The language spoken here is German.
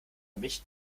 mich